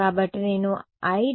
కాబట్టి 1kr 1